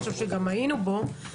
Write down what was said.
עכשיו כשגם היינו בו,